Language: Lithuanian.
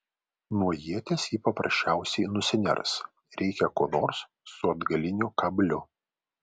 nuo ieties ji paprasčiausiai nusiners reikia ko nors su atgaliniu kabliu